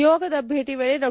ನಿಯೋಗದ ಭೇಟಿ ವೇಳೆ ಡಾ